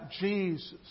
Jesus